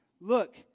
look